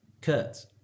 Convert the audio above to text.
Kurt